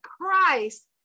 Christ